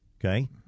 Okay